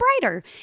brighter